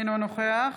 אינו נוכח